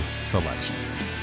selections